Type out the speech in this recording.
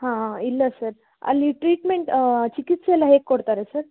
ಹಾಂ ಇಲ್ಲ ಸರ್ ಅಲ್ಲಿ ಟ್ರೀಟ್ಮೆಂಟ್ ಚಿಕಿತ್ಸೆ ಎಲ್ಲ ಹೇಗೆ ಕೊಡ್ತಾರೆ ಸರ್